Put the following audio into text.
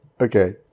Okay